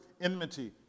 enmity